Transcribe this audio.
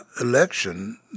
election